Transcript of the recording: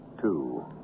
Two